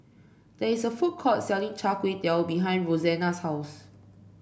there is a food court selling Char Kway Teow behind Roxanna's house